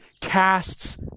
casts